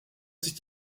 sich